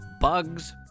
bugs